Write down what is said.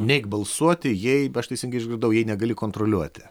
neik balsuoti jei aš teisingai išgirdau jei negali kontroliuoti